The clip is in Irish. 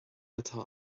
atá